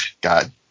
god